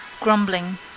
grumbling